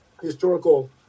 historical